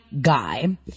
guy